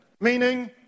Meaning